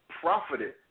profited